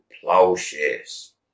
plowshares